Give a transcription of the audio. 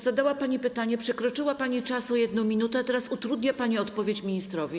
Zadała pani pytanie, przekroczyła pani czas o 1 minutę, a teraz utrudnia pani odpowiedź ministrowi.